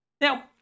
Now